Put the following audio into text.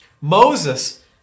Moses